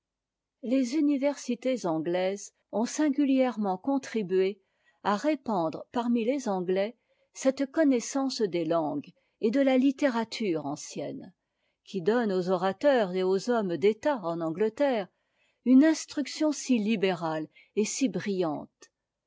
les universités anglaises ont singulièrement contribué à repandre parmi les anglais cette connaissance des langues et de la littérature ancienne qui donne aux orateurs et aux hommes d'état en angleterre une instruction si libérale et si brillante